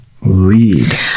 Lead